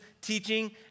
teaching